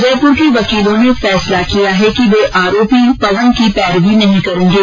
जयपुर के वकीलों ने फैसला किया है कि वे आरोपी पवन की पैरवी नहीं करेंगे